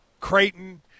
Creighton